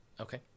Okay